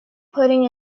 pudding